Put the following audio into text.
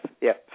yes